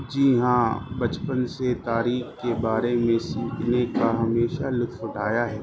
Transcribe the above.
جی ہاں بچپن سے تاریخ کے بارے میں سیکھنے کا ہمیشہ لطف اٹھایا ہے